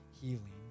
healing